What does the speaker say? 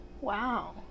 wow